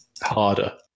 Harder